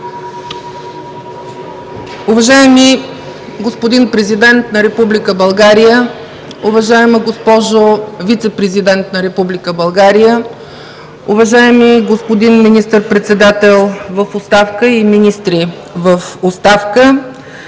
Уважаеми господин Президент на Република България, уважаема госпожо Вицепрезидент на Република България, уважаеми господин Министър-председател в оставка и министри в оставка,